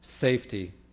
safety